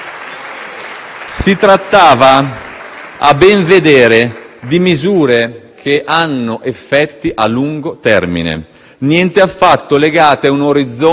a ben vedere, di misure che hanno effetti a lungo termine, niente affatto legate a un orizzonte politico di breve periodo.